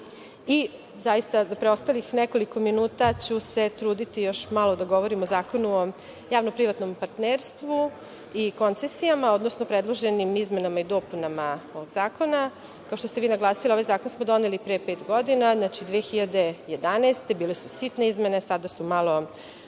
zaista, preostalih nekoliko minuta, ću se truditi da još malo govorim o Zakonu o javno-privatnom partnerstvu i koncesijama, odnosno predloženim izmenama i dopunama ovog zakona. Kao što ste vi naglasili, ovaj zakon smo doneli pre pet godina, znači 2011. godine, bile su sitne izmene, sada su malo